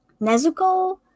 nezuko